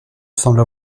semble